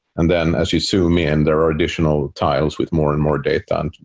and then as you zoom in, there are additional tiles with more and more data.